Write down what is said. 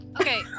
Okay